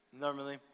normally